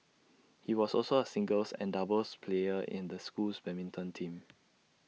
he was also A singles and doubles player in the school's badminton team